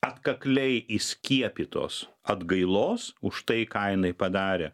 atkakliai įskiepytos atgailos už tai ką jinai padarė